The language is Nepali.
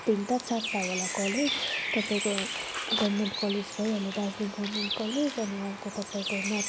तिनवटा चारवटा होला कलेज तपाईँको गभर्नमेन्ट कलेज भइहाल्यो दार्जिलिङ गभर्नमेन्ट कलेज अनि अर्को तपाईँको नर्थ